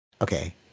Okay